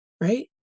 right